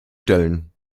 stellen